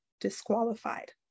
disqualified